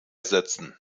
sätzen